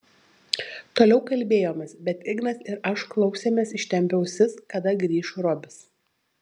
toliau kalbėjomės bet ignas ir aš klausėmės ištempę ausis kada grįš robis